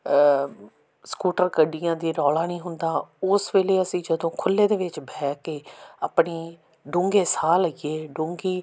scooter ਗੱਡੀਆਂ ਦੇ ਰੌਲਾ ਨਹੀਂ ਹੁੰਦਾ ਉਸ ਵੇਲੇ ਅਸੀਂ ਜਦੋਂ ਖੁੱਲ੍ਹੇ ਦੇ ਵਿੱਚ ਬਹਿ ਕੇ ਆਪਣੀ ਡੂੰਘੇ ਸਾਹ ਲਈਏ ਡੂੰਘੀ